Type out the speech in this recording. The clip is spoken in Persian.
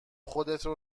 خودتو